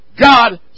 God